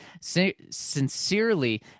sincerely